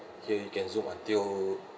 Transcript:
here you can zoom until